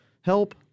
help